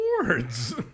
Awards